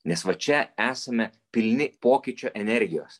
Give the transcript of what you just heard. nes va čia esame pilni pokyčio energijos